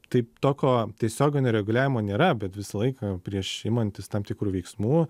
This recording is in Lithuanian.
taip tokio tiesioginio reguliavimo nėra bet visą laiką prieš imantis tam tikrų veiksmų